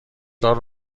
دار